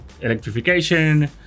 electrification